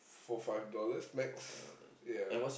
for five dollars max ya